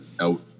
out